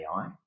AI